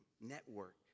network